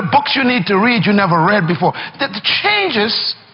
books you need to read you never read before? that changes